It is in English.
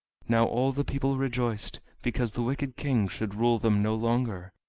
now all the people rejoiced, because the wicked king should rule them no longer.